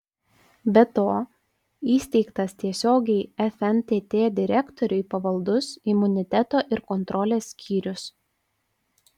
be to įsteigtas tiesiogiai fntt direktoriui pavaldus imuniteto ir kontrolės skyrius